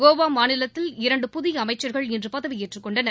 கோவா மாநிலத்தில் இன்று இரண்டு புதிய அமைச்சர்கள் இன்று பதவியேற்றுக் கொண்டனர்